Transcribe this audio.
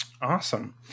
Awesome